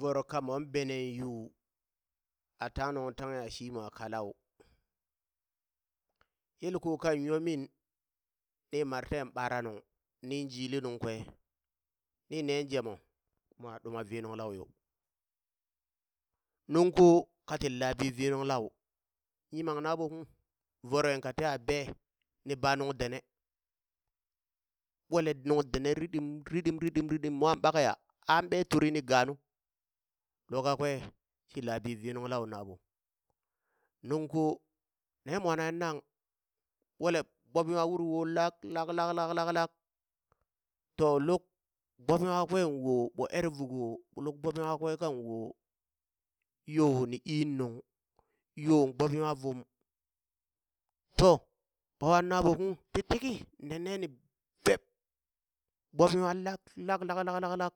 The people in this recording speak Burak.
Voro ka mon beneŋ yuu, a tang nuŋ tanghe a shimwa kalau, yel ko kan nyo min ni mar ten ɓara nuŋ ning jili nuŋ kwe, ni nen jemo mo ɗuma vii nuŋ lau yo, nuŋko katin laabi vii nuŋ lau, yimam naɓo kung voro kateha bee ni ba nuŋ dene, ɓwele nuŋ dene ridim ridim ridim ridim ridim, mwan ɓakeya a ɓee turini gaa nu, luk kakwe shi labi vi nung lau na ɓo, nuŋ ko, ne mwan nanghe nang ɓwele gbob nwa wuri wo lak lak lak lak lak lak, to luk gbob nwa kakwen wo ɓo ere vuko luk gbobe nwa kakwe kang wo yo ni ii nung yo gbob nwa vum, to! ɓawan naɓo kung ti tiki ne neni be! gbob nwa lak lak lak lak lak lak